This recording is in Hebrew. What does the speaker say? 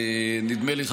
נדמה לי,